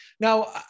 Now